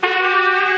(תקיעת שופרות) יחי נשיא מדינת ישראל.